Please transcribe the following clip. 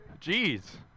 Jeez